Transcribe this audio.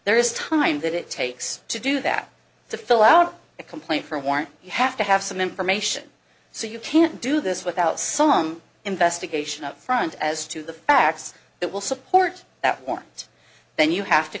there is time that it takes to do that to fill out a complaint for a warrant you have to have some information so you can't do this without some investigation up front as to the facts that will support that want then you have to